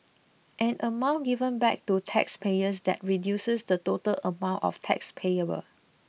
an amount given back to taxpayers that reduces the total amount of tax payable